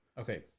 Okay